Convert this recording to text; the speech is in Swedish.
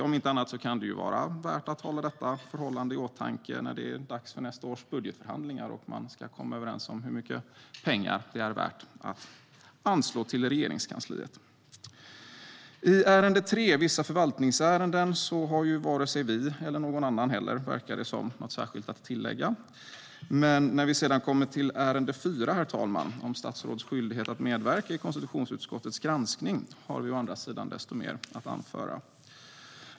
Om inte annat kan det vara värt att ha detta förhållande i åtanke när det är dags för nästa års budgetförhandlingar och vi ska komma överens om hur mycket pengar som ska anslås till Regeringskansliet. I ärende 3, Vissa förvaltningsärenden, har varken vi eller någon annan, verkar det som, något att tillägga. Men när vi sedan kommer till ärende 4, Statsråds skyldighet att medverka i konstitutionsutskottets granskning, har vi å andra sidan desto mer att anföra.